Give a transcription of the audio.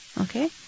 okay